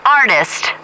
artist